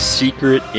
secret